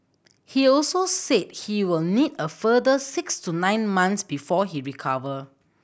he also said he will need a further six to nine months before he recover